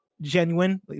genuine